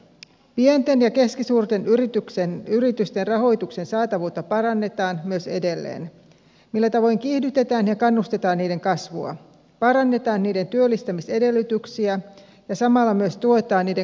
pienten ja keskisuurten yritysten rahoituksen saatavuutta parannetaan myös edelleen millä tavoin kiihdytetään ja kannustetaan niiden kasvua parannetaan niiden työllistämisedellytyksiä ja samalla myös tuetaan niiden kansainvälistymistä